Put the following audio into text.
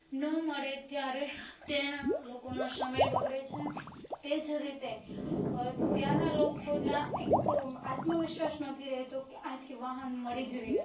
નો મળે ત્યારે તે લોકોનો સમય બગાડે છે તે જ રીતે ત્યાંનાં લોકોમાં એક આત્મવિશ્વાસ નથી રહેતો કે અહીંથી વાહન મળી જ રે એમ